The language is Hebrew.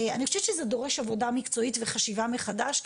אני חושבת שזה דורש עבודה מקצועית וחשיבה מחדש,